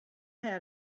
had